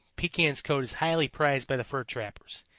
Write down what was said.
pekan's coat is highly prized by the fur trappers.